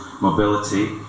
mobility